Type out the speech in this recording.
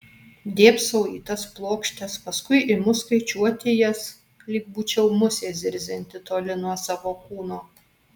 dėbsau į tas plokštes paskui imu skaičiuoti jas lyg būčiau musė zirzianti toli nuo savo kūno